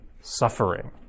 suffering